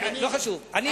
אני